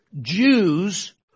Jews